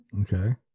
Okay